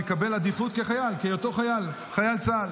הוא יקבל עדיפות כחייל צה"ל.